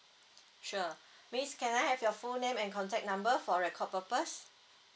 sure miss can I have your full name and contact number for record purpose